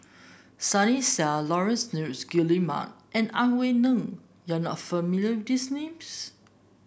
Sunny Sia Laurence Nunns Guillemard and Ang Wei Neng you are not familiar with these names